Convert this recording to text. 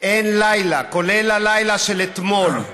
אין לילה, כולל הלילה של אתמול.